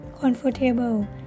comfortable